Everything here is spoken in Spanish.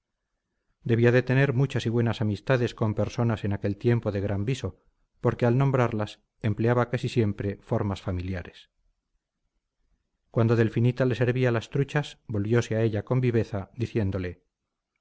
debía de tener muchas y buenas amistades con personas en aquel tiempo de gran viso porque al nombrarlas empleaba casi siempre formas familiares cuando delfinita le servía las truchas volviose a ella con viveza diciéndole